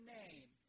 name